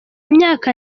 myaka